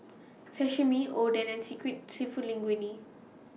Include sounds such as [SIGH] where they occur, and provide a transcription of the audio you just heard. Sashimi Oden and [UNINTELLIGIBLE] Seafood Linguine